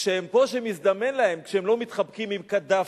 כשהם פה, כשמזדמן להם, שכשהם לא מתחבקים עם קדאפי,